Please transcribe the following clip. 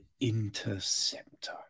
Interceptor